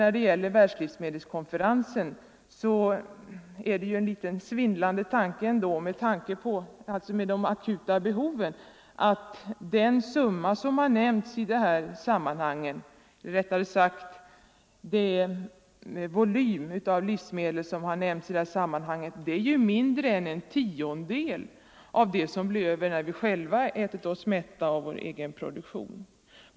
Då det gäller världslivsmedelskonferensen är det en svindlande tanke, 15 med hänsyn till de akuta behoven, att den volym av livsmedel som nämnts i detta sammanhang som ett svenskt bidrag är mindre än en tiondedel av det som blir över när vi själva i år ätit oss övermätta på vår egen produktion.